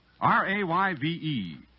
R-A-Y-V-E